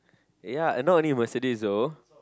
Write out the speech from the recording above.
ya and not only Mercedes though